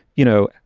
you know,